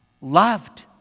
loved